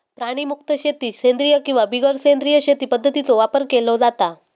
प्राणीमुक्त शेतीत सेंद्रिय किंवा बिगर सेंद्रिय शेती पध्दतींचो वापर केलो जाता